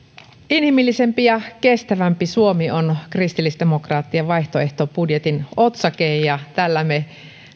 inhimillisempi ja kestävämpi suomi on kristillisdemokraattien vaihtoehtobudjetin otsake ja tällä me